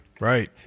Right